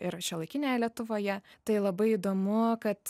ir šiuolaikinėje lietuvoje tai labai įdomu kad